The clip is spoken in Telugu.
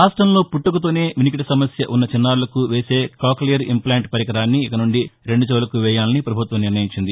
రాష్ట్రంలో పుట్టుకతోనే వినికిది సమస్య వున్న చిన్నారులకు వేసే కాక్లియర్ ఇంప్లాంట్ పరికరాన్ని ఇక నుండి రెండు చెవులకూ వేయాలని ప్రభుత్వం నిర్ణయించింది